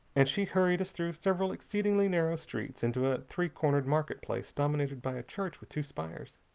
and she hurried us through several exceedingly narrow streets into a three-cornered market place dominated by a church with two spires.